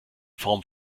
form